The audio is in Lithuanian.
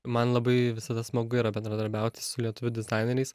man labai visada smagu yra bendradarbiauti su lietuvių dizaineriais